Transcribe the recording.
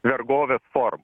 vergovės forma